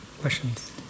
questions